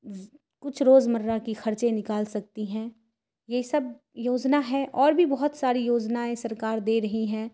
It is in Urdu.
کچھ روزمرہ کی خرچے نکال سکتی ہیں یہ سب یوجنا ہے اور بھی بہت ساری یوجنائیں سرکار دے رہی ہیں